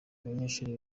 n’abanyeshuri